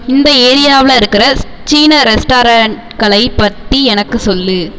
இந்த ஏரியாவில் இருக்கிற சீன ரெஸ்டாரண்ட்களை பற்றி எனக்கு சொல்லு